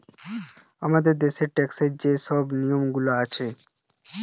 আমাদের দ্যাশের ট্যাক্সের যে শব নিয়মগুলা আছে